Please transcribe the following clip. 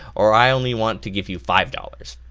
or i only want to give you five dollars.